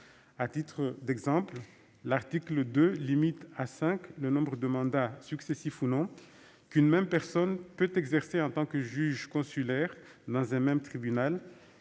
À titre d'exemple, l'article 2 limite à cinq le nombre de mandats, successifs ou non, qu'une même personne peut assumer en tant que juge consulaire dans un même tribunal.